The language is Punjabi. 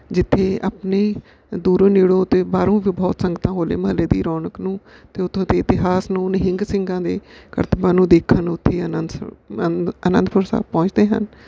ਜਿੱਥੇ ਆਪਣੀ ਦੂਰੋਂ ਨੇੜੋਂ ਅਤੇ ਬਾਹਰੋਂ ਵੀ ਬਹੁਤ ਸੰਗਤਾਂ ਹੋਲੇ ਮਹੱਲੇ ਦੀ ਰੌਣਕ ਨੂੰ ਅਤੇ ਉੱਥੋਂ ਦੇ ਇਤਿਹਾਸ ਨੂੰ ਨਿਹੰਗ ਸਿੰਘਾਂ ਦੇ ਕਰਤੱਬਾਂ ਨੂੰ ਦੇਖਣ ਨੂੰ ਉੱਥੇ ਆਨੰਦ ਅਨ ਅਨੰਦਪੁਰ ਸਾਹਿਬ ਪਹੁੰਚਦੇ ਹਨ